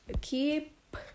keep